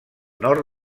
nord